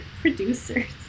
producers